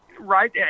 Right